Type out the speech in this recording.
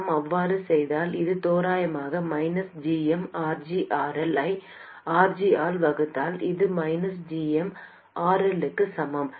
நாம் அவ்வாறு செய்தால் இது தோராயமாக மைனஸ் gm RGRL ஐ RG ஆல் வகுத்தால் இது மைனஸ் gm RL க்கு சமம்